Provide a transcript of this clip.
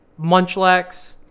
Munchlax